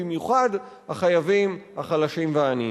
במיוחד החייבים החלשים והעניים.